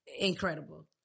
incredible